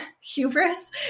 hubris